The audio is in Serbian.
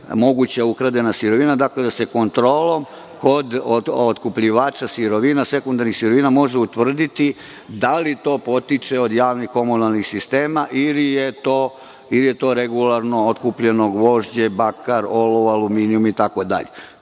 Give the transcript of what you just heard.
moguća ukradena sirovina. Dakle, da se kontrolom kod otkupljivača sekundarnih sirovina može utvrditi da li to potiče od javnih komunalnih sistema ili je to regularno otkupljeno gvožđe, bakar, olovo, aluminijum itd.